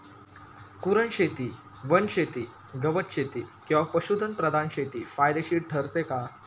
कुरणशेती, वनशेती, गवतशेती किंवा पशुधन प्रधान शेती फायदेशीर ठरते का?